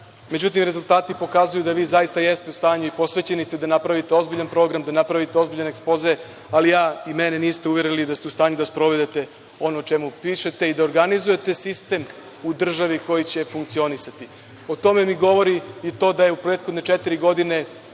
Međutim, rezultati pokazuju da vi zaista jeste u stanju i posvećeni ste da napravite ozbiljan program, da napravite ozbiljan ekspoze, ali mene niste uverili da ste u stanju da sprovedete ono o čemu pišete, i da organizujete sistem u državi koji će funkcionisati.O tome mi govori i to da je u prethodne četiri godine